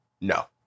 No